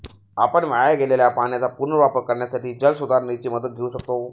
आपण वाया गेलेल्या पाण्याचा पुनर्वापर करण्यासाठी जलसुधारणेची मदत घेऊ शकतो